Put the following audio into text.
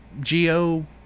geo